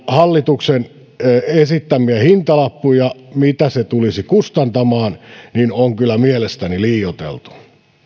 hallituksen esittämiä hintalappuja mitä se tulisi kustantamaan on kyllä mielestäni liioiteltu